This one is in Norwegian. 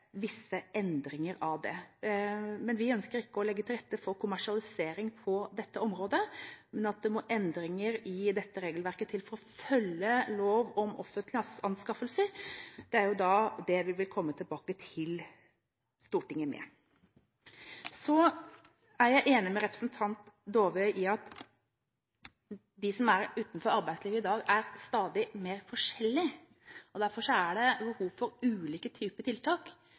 visse endringer. Vi ønsker ikke å legge til rette for kommersialisering på dette området, men det må endringer til i dette regelverket for å følge lov om offentlige anskaffelser. Det er det vi vil komme tilbake til Stortinget med. Jeg er enig med representanten Dåvøy i at de som er utenfor arbeidslivet i dag, er stadig mer forskjellig. Derfor er det behov for ulike typer tiltak.